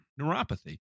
neuropathy